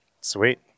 Sweet